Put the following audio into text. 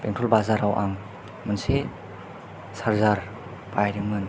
बेंथल बाजाराव आं मोनसे चार्जार बायदोंमोन